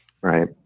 Right